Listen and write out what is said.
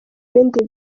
ibindi